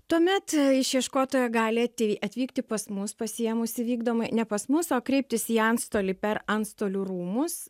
tuomet išieškotoja gali ati atvykti pas mus pasiėmusi vykdomą ne pas mus o kreiptis į antstolį per antstolių rūmus